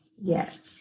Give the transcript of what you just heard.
yes